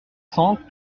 cent